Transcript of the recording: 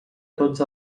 tots